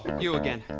you again.